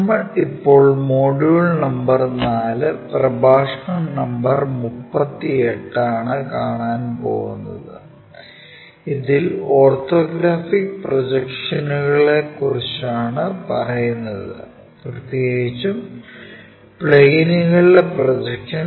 നമ്മൾ ഇപ്പോൾ module number 4 പ്രഭാഷണ number 38 Module number 4 Lecture number 38 ആണ് കാണാൻ പോകുന്നത് ഇതിൽ ഓർത്തോഗ്രാഫിക് പ്രൊജക്ഷനുകളെക്കുറിച്ചാണ് പറയുന്നത് പ്രത്യേകിച്ചും പ്ലെയിനുകളുടെ പ്രൊജക്ഷൻ